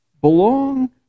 belong